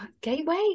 gateway